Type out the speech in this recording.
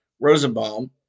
Rosenbaum